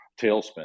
tailspin